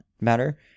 matter